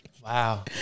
Wow